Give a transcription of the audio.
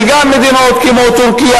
שגם מדינות כמו טורקיה,